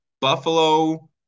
Buffalo